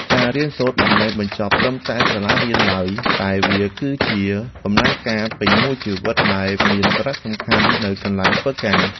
ការរៀនសូត្រមិនមែនបញ្ចប់ត្រឹមតែសាលារៀនឡើយតែវា គឺជាដំណើរការពេញមួយជីវិតដែលមានសារៈសំខាន់នៅកន្លែងធ្វើការ។